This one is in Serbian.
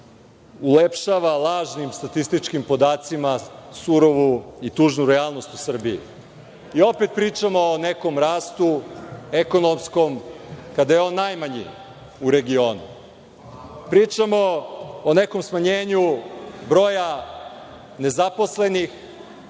ulepšava lažnim statističkim podacima surovu i tužnu realnost u Srbiji. Opet pričamo o nekom ekonomskom rastu, kada je on najmanji u regionu. Pričamo o nekom smanjenju broja nezaposlenih,